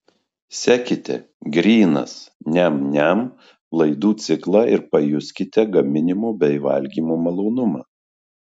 sekite grynas niam niam laidų ciklą ir pajuskite gaminimo bei valgymo malonumą